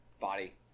body